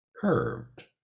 curved